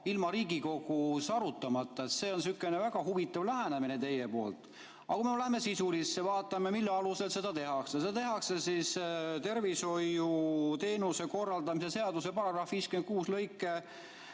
ilma Riigikogus arutamata. See on sihukene väga huvitav lähenemine teie poolt. Aga läheme sisusse ja vaatame, mille alusel seda tehakse. Seda tehakse tervishoiuteenuste korraldamise seaduse § 56 lõike